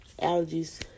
allergies